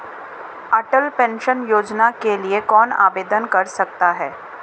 अटल pension योजना के लिए कौन आवेदन कर सकता है?